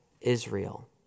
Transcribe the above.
Israel